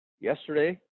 yesterday